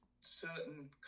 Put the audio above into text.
Certain